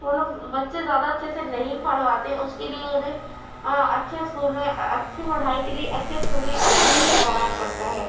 وہ لوگ بچے زیادہ اچھے سے نہیں پڑھواتے اُس کے لیے اُنہیں اچھے اسکول میں اچھی پڑھائی کے لیے اچھے اسکول میں ایڈمیشن کروانا پڑتا ہے